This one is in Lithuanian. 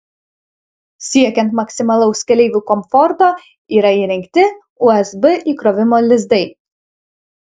siekiant maksimalaus keleivių komforto yra įrengti usb įkrovimo lizdai